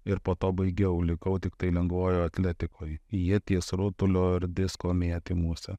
ir po to baigiau likau tiktai lengvojoj atletikoj ieties rutulio ar disko metimuose